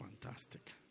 fantastic